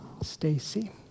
Stacy